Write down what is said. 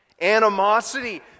animosity